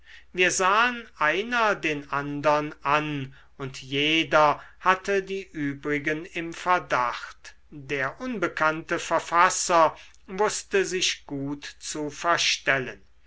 wir sahen einer den andern an und jeder hatte die übrigen im verdacht der unbekannte verfasser wußte sich gut zu verstellen